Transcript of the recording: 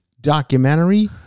documentary